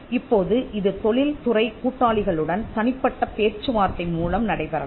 இப்போது இது தொழில்துறை கூட்டாளிகளுடன் தனிப்பட்ட பேச்சுவார்த்தை மூலம் நடைபெறலாம்